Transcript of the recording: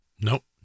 Nope